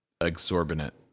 exorbitant